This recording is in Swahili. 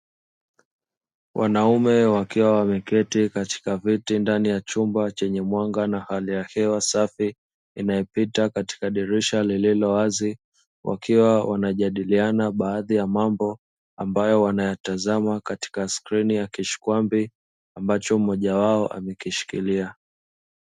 Wanaume wakiwa wameketi katika viti ndani ya chumba chenye mwanga, na hali ya hewa inayopita katika dirisha lililo wazi. Wakiwa wanajadiliana baadhi ya mambo ambayo wanayatazama katika skrini ya kishkwambi, ambacho mmoja wao amekishikilia.